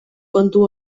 kontu